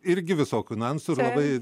irgi visokių niuansų ir labai